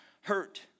hurt